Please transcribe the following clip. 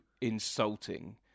insulting